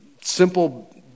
simple